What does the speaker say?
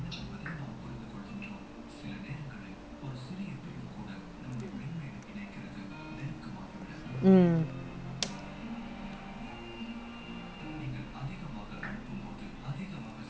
bonus pace to the best like something like to to the best of like sometime because they use pace right they like முன்னாடியே:munnaadiyae ball play பண்ணாங்கனா:pannaanganaa then he can legit but they maybe they delay the pass something like that